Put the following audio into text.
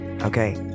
Okay